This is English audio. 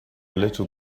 little